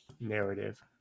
narrative